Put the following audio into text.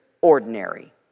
ordinary